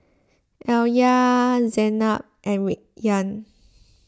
Alya Zaynab and Rayyan